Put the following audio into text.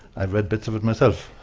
i've read bits of it myself